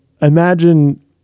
imagine